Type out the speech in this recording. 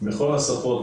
בכל השפות